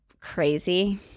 Crazy